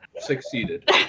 succeeded